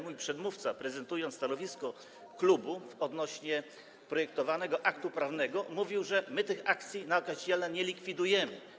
Mój przedmówca, prezentując stanowisko klubu odnośnie do projektowanego aktu prawnego, mówił, że tych akcji na okaziciela nie likwidujemy.